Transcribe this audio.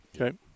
Okay